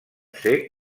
ser